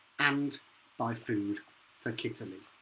and buy food for kitaly.